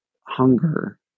hunger